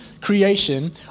creation